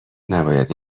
نباید